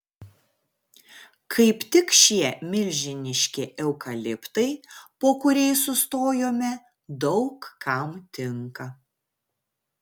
kaip tik šie milžiniški eukaliptai po kuriais sustojome daug kam tinka